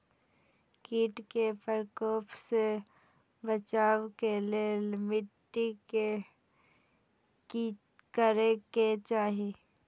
किट के प्रकोप से बचाव के लेल मिटी के कि करे के चाही?